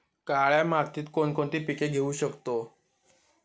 काळ्या मातीत कोणकोणती पिके घेऊ शकतो?